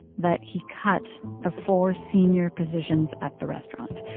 that he cut the four senior positions at the restaurant.